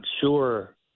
sure